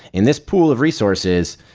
in this pool of resources,